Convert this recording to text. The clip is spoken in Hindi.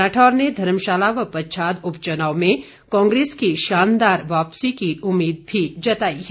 राठौर ने धर्मशाला व पच्छाद उपचुनाव में कांग्रेस की शानदार वापसी की उम्मीद भी जताई है